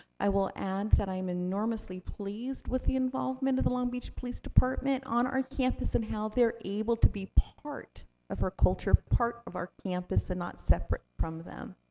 i will add that i'm enormously pleased with the involvement of the long beach police department on our campus and how they're able to be part of our culture, part of our campus, and not separate from them.